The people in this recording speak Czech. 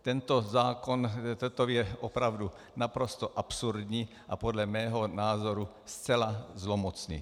Tento zákon je opravdu naprosto absurdní a podle mého názoru zcela zlomocný.